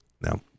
now